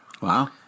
Wow